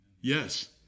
Yes